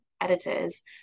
editors